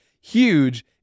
huge